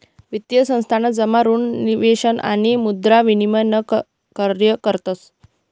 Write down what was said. वित्तीय संस्थान जमा ऋण निवेश आणि मुद्रा विनिमय न कार्य करस